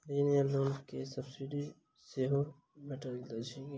ऋण वा लोन केँ सब्सिडी सेहो भेटइत अछि की?